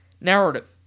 narrative